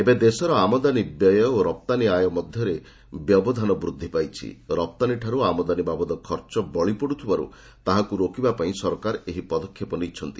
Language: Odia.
ଏବେ ଦେଶର ଆମଦାନୀ ବ୍ୟୟ ଓ ରପ୍ତାନୀ ଆୟ ମଧ୍ୟରେ ବ୍ୟବଧାନ ବୂଦ୍ଧି ପାଇଛି ରପ୍ତାନୀଠାରୁ ଆମଦାନୀ ବାବଦ ଖର୍ଚ୍ଚ ବଳି ପଡ଼ିଥିବାର୍ ତାହାକୁ ରୋକିବା ପାଇଁ ସରକାର ଏହି ପଦକ୍ଷେପ ନେଇଛନ୍ତି